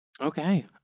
Okay